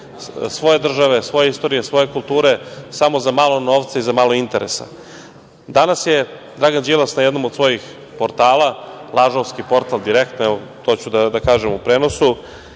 svoje države, svoje istorije, svoje kulture, samo za malo novca i za malo interesa. Danas je Dragan Đilas, na jednom od svojih portala, lažovski portal „Direktno“ to ću da kažem u prenosu,